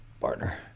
Partner